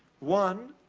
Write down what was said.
one,